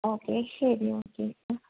okay ശരി okay അ